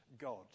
God